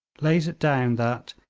lays it down that,